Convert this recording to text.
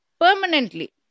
permanently